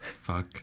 Fuck